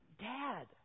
Dad